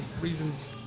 reasons